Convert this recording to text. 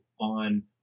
on